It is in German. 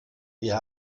wir